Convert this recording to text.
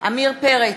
עמיר פרץ,